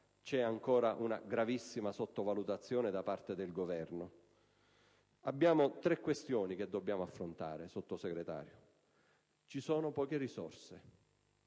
è ancora una gravissima sottovalutazione da parte del Governo. Ci sono tre questioni da affrontare, Sottosegretario. La prima: ci sono poche risorse.